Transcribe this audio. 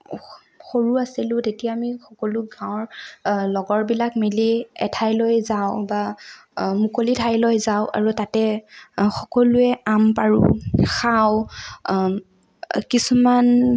সৰু আছিলোঁ তেতিয়া আমি সকলো গাঁৱৰ লগৰবিলাক মিলি এঠাইলৈ যাওঁ বা মুকলি ঠাইলৈ যাওঁ আৰু তাতে সকলোৱে আম পাৰোঁ খাওঁ কিছুমান